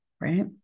right